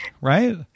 right